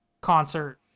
concert